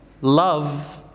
love